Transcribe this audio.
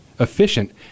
efficient